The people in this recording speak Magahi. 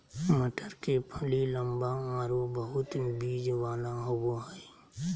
मटर के फली लम्बा आरो बहुत बिज वाला होबा हइ